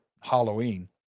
Halloween